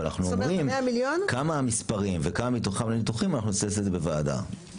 אבל כמה המספרים וכמה מתוכם לניתוחים אנחנו נעשה את זה בדיווח.